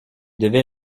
devait